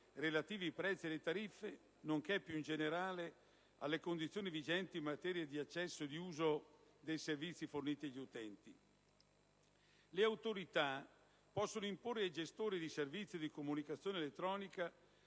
relativi ai prezzi e alle tariffe, nonché, più in generale, alle condizioni vigenti in materia di accesso e di uso dei servizi forniti agli utenti. Le autorità possono imporre ai gestori di servizi di comunicazione elettronica